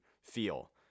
feel